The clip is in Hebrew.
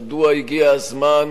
מדוע הגיע הזמן